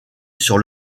sur